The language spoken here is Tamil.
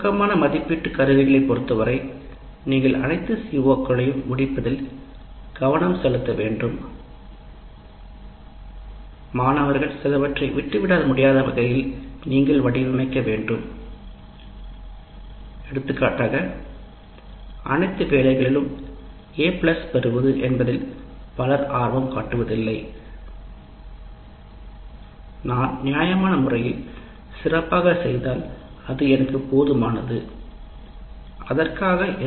சுருக்கமான மதிப்பீட்டு கருவிகளைப் பொறுத்தவரை நீங்கள் அனைத்து CO களையும் முடிப்பதில் கவனம் செலுத்த வேண்டும் மாணவர்கள் சிலவற்றை விட்டுவிட முடியாத வகையில் நீங்கள் வடிவமைக்க வேண்டும் எடுத்துக்காட்டாக எ பிளஸ் பெறுவது என்பதில் பலர் ஆர்வம் காட்டவில்லை அவர்கள் சொல்கிறார்கள் 'நான் நியாயமான முறையில் சிறப்பாகச் செய்தால் அது எனக்கும் அந்தச் செயல்பாட்டிற்கும் போதுமானது